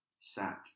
sat